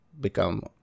become